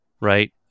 Right